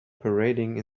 parading